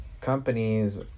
companies